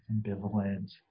ambivalent